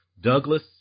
Douglas